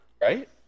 right